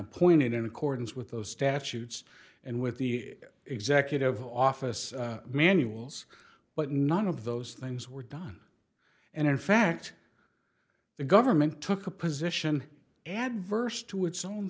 appointed in accordance with those statutes and with the executive office manuals but none of those things were done and in fact the government took a position adverse to its own